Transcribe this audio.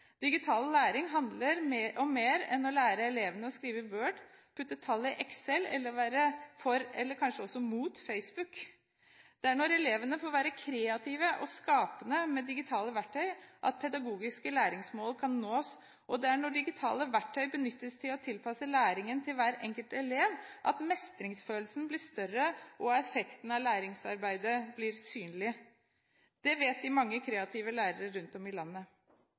Digital læring handler om mer enn å lære elevene å skrive i Word, putte tall i Excel eller være for eller kanskje imot Facebook. Det er når elevene får være kreative og skapende med digitale verktøy at pedagogiske læringsmål kan nås. Og det er når digitale verktøy benyttes til å tilpasse læringen til hver enkelt elev, at mestringsfølelsen blir større og effekten av læringsarbeidet blir synlig. Det vet de mange kreative lærerne rundt om i landet.